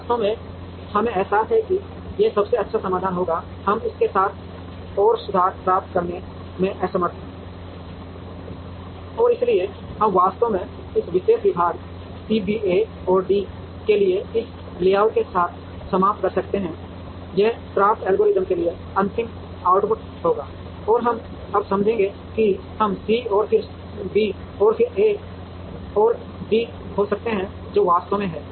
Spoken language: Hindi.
वास्तव में हमें एहसास है कि यह सबसे अच्छा समाधान होगा हम इसके साथ और सुधार प्राप्त करने में असमर्थ हैं और इसलिए हम वास्तव में इस विशेष विभाग CBA और D के लिए इस लेआउट के साथ समाप्त कर सकते हैं यह CRAFT एल्गोरिथ्म के लिए अंतिम आउटपुट होगा और हम अब समझेंगे कि हम C और फिर B और फिर A और D हो सकते हैं जो वास्तव में हैं